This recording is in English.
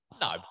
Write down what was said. no